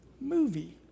movie